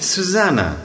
Susanna